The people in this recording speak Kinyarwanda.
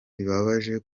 bibabaje